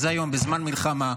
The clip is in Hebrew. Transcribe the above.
אז היום, בזמן מלחמה,